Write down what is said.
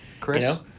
Chris